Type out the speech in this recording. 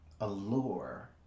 allure